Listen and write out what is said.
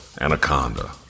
anaconda